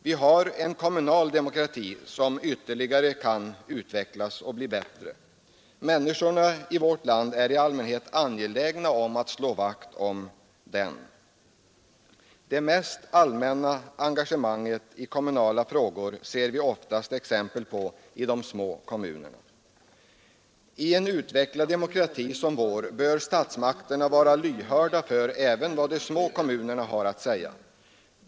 Vi har en kommunal demokrati som kan utvecklas ytterligare. Människorna i vårt land är i allmänhet angelägna om att slå vakt om den. Det mest allmänna engagemanget i kommunala frågor ser vi oftast exempel på i de små kommunerna. I en utvecklad demokrati som vår bör statsmakterna vara lyhörda för även vad de små kommunerna har att säga.